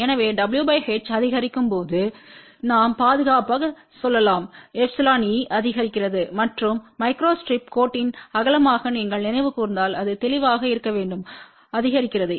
எனவே w h அதிகரிக்கும் போது நாம் பாதுகாப்பாக சொல்லலாம் εe அதிகரிக்கிறது மற்றும் மைக்ரோஸ்ட்ரிப் கோட்டின் அகலமாக நீங்கள் நினைவு கூர்ந்தால் அது தெளிவாக இருக்க வேண்டும் அதிகரிக்கிறது